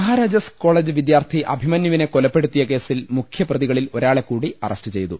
Maharajas college വിദ്യാർത്ഥി അഭിമന്യുവിനെ കൊല പ്പെടുത്തിയ കേസിൽ മുഖ്യപ്രതികളിൽ ഒരാളെ കൂടി അറസ്റ്റു ചെയ്തു